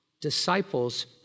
disciples